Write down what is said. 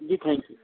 G thank you